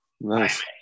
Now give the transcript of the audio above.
Nice